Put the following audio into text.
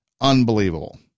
unbelievable